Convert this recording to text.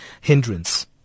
hindrance